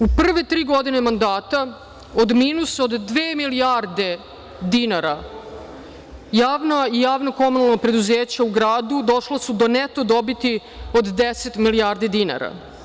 U prve tri godine mandata od minusa od dve milijarde dinara javna i javno-komunalna preduzeća u gradu došla su do neto dobiti od 10 milijardi dinara.